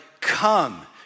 come